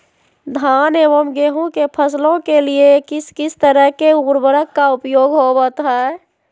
धान एवं गेहूं के फसलों के लिए किस किस तरह के उर्वरक का उपयोग होवत है?